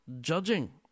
judging